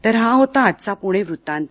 तर हा होता आजचा पुणे वृत्तांत